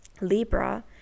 Libra